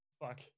fuck